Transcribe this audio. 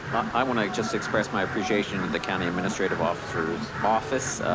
i wanna just express my appreciation to the county administrative officers office.